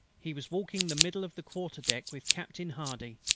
he was walking the middle of the quarter-deck with captain hardy,